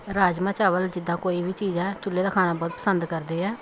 ਰਾਜਮਾਂਹ ਚਾਵਲ ਜਿੱਦਾਂ ਕੋਈ ਵੀ ਚੀਜ਼ ਹੈ ਚੁੱਲ੍ਹੇ ਦਾ ਖਾਣਾ ਬਹੁਤ ਪਸੰਦ ਕਰਦੇ ਹੈ